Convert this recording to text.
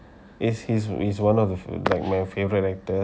he's he's he's one of the like my favorite actors